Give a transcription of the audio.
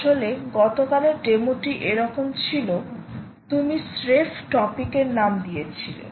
আসলে গতকালের ডেমোটিও এরকম ছিল তুমি স্রেফ টপিকের নাম দিয়েছিলে